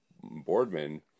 Boardman